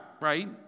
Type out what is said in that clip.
right